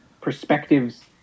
perspectives